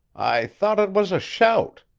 i thought it was a shout.